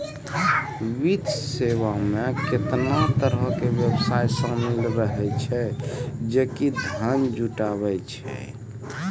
वित्तीय सेवा मे केतना तरहो के व्यवसाय शामिल रहै छै जे कि धन जुटाबै छै